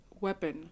weapon